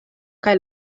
kaj